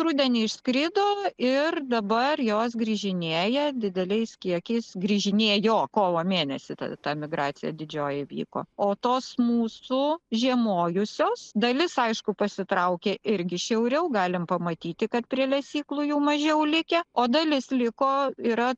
rudenį išskrido ir dabar jos grįžinėja dideliais kiekiais grįžinėjo kovo mėnesį ta ta migracija didžioji įvyko o tos mūsų žiemojusios dalis aišku pasitraukė irgi šiauriau galim pamatyti kad prie lesyklų jau mažiau likę o dalis liko yra